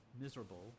miserable